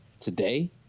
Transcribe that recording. today